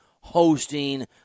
hosting